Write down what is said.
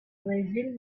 vessel